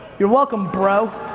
you're welcome, bro.